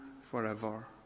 forever